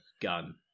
gun